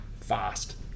fast